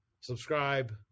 subscribe